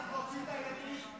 צריך להוציא את הילדים,